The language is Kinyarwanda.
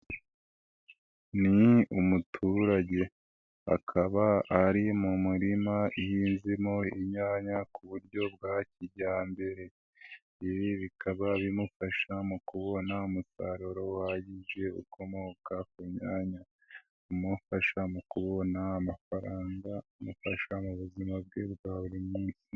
Ni umuturage akaba ari mu mirima ihinzemo inyanya ku buryo bwa kijyambere, ibi bikaba bimufasha mu kubona umusaruro uhagije ukomoka ku myanya, umufasha mu kubona amafaranga, amufasha mu buzima bwe bwa buri munsi.